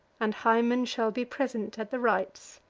and hymen shall be present at the rites.